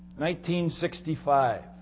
1965